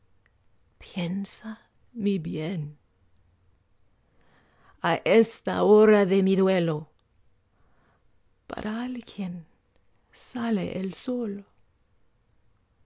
piensa mi bien á esta hora de mi duelo para alguien sale el sol